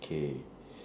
K